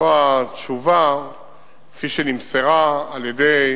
זו התשובה כפי שנמסרה על-ידי